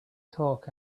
talk